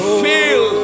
feel